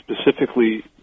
specifically